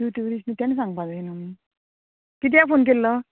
तूं ट्युरिस्ट न्ही तेन्ना सांगपा जाय न्हू कित्याक फोन केल्लो